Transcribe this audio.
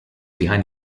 behind